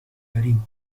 داریم